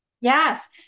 Yes